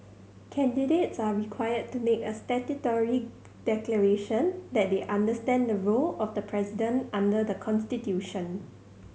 candidates are required to make a statutory declaration that they understand the role of the president under the constitution